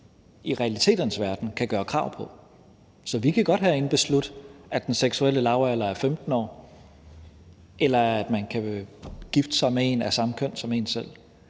i realiteternes verden kan gøre krav på. Så vi kan godt herinde beslutte, at den seksuelle lavalder er 15 år, eller at man kan gifte sig med en af samme køn som en selv,